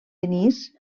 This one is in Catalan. denis